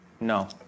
no